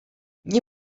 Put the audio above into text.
nie